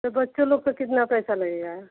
तो बच्चों लोग का कितना पैसा लगेगा